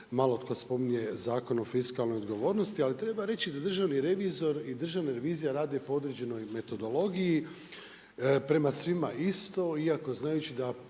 malo tko spominje Zakona o fiskalnoj odgovornosti, ali treba reći da državni revizor i Državna revizija rade po određenoj metodologiji prema svima, iako znajući da